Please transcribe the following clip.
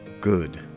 good